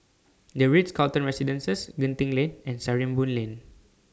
The Ritz Carlton Residences Genting Lane and Sarimbun Lane